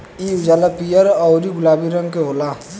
इ उजला, पीयर औरु गुलाबी रंग के होला